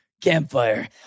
campfire